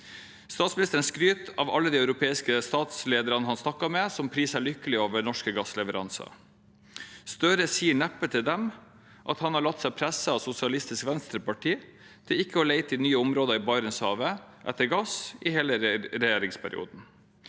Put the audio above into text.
Statsministeren skryter av alle de europeiske statslederne han har snakket med, som priser seg lykkelige over norske gassleveranser. Støre sier neppe til dem at han har latt seg presse av Sosialistisk Venstreparti til å ikke lete etter gass i nye områder i Barentshavet i hele regjeringsperioden.